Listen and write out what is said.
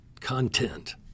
content